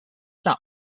not